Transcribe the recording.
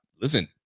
listen